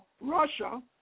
Russia